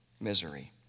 misery